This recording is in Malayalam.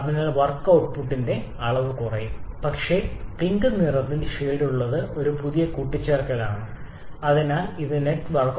അതിനാൽ വർക്ക് ഔട്ട്പുട്ടിന്റെ അളവ് കുറയും പക്ഷേ പിങ്ക് നിറത്തിൽ ഷേഡുള്ളത് ഒരു പുതിയ കൂട്ടിച്ചേർക്കലാണ് അതിനാൽ ഇത് നെറ്റ്വർക്ക്